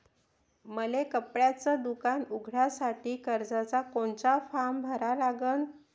मले कपड्याच दुकान उघडासाठी कर्जाचा कोनचा फारम भरा लागन?